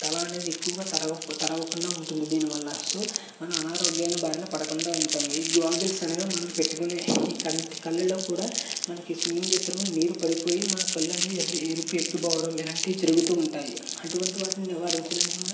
తలా అనేది ఎక్కువగా తడవక తడవకుండా ఉంటుంది దీని వల్ల సో మన అనారోగ్యాలను బారిన పడకుండా ఉంటాం ఈ గాగల్స్ అనగా మనం పెట్టుకునే ఈ కంటి కళ్ళల్లో కూడా మనకి స్విమ్మింగ్ చేస్తున్నప్పుడు నీళ్లు పడిపోయి మన కళ్లనేవి ఎర్ర ఎరుపెక్కిపోవడం అలాంటివి జరుగుతూ ఉంటాయి అటువంటి వాటిని నివారించడానికి మనం